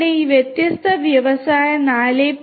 അങ്ങനെ ഈ വ്യത്യസ്ത വ്യവസായ 4